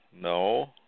no